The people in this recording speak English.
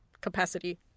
capacity